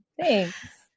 Thanks